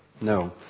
no